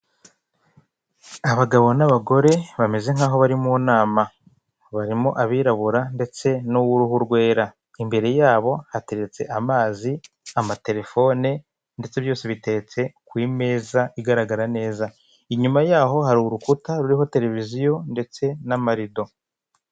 Abagabo n'abagore bameze nk'aho bari mu nama, barimo abirabura ndetse n'uw'uruhu rwera. Imbere yabo hateretse amazi, amatelefone ndetse byose biteretse ku meza igaragara neza. Inyuma yaho hari urukuta ruriho televiziyo ndetse n'amarido.